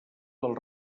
del